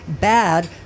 bad